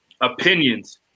opinions